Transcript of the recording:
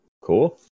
Cool